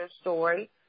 story